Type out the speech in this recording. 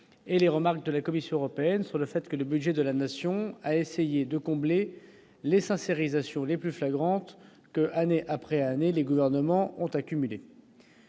et les remarques de la Commission européenne sur le fait que le budget de la nation, à essayer de combler les sincères, ils assurent les plus flagrantes que année après année, les gouvernements ont accumulé.